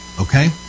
Okay